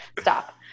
stop